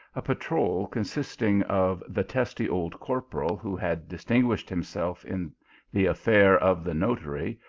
a patrol consisting of the testy old corporal who had distinguished himself in the affair of the notary,